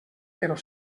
però